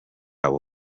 abo